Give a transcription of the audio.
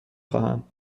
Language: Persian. خواهم